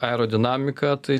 aerodinamiką tai